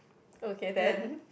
okay then